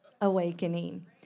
awakening